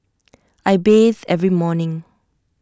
I bathe every morning